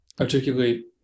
articulate